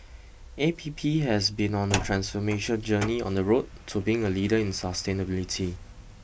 A P P has been on a transformation journey on the road to being a leader in sustainability